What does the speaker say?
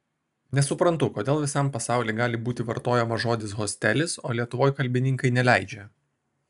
nesuprantu kodėl visam pasauly gali būti vartojamas žodis hostelis o lietuvoj kalbininkai neleidžia